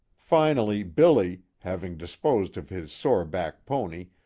finally billy, having disposed of his sore-back pony,